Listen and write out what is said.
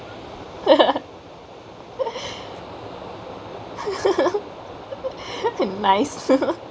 nice